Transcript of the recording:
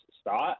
start